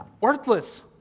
worthless